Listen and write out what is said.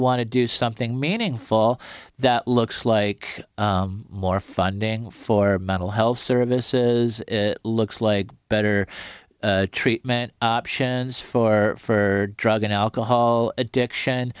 want to do something meaningful that looks like more funding for mental health services looks like better treatment options for for drug and alcohol addiction